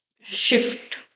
shift